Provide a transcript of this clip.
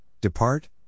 depart